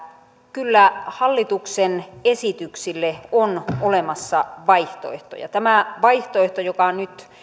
kyllä hallituksen esityksille on olemassa vaihtoehtoja tämä vaihtoehto joka nyt